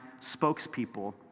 spokespeople